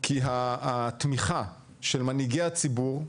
כי התמיכה של מנהיגי הציבור,